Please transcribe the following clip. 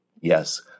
Yes